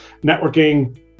networking